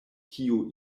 kiu